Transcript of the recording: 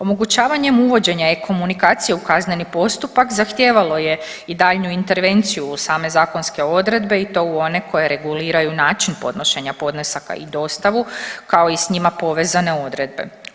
Omogućavanjem uvođenja e-komunikacije u kazneni postupak zahtijevalo je i daljnju intervenciju u same zakonske odredbe i to u one koje reguliraju način podnošenja podnesaka i dostavu kao i s njima povezane odredbe.